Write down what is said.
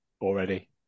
already